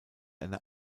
eine